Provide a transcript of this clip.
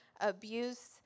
abuse